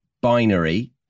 binary